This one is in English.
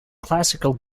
classical